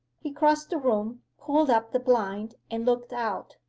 he crossed the room, pulled up the blind, and looked out.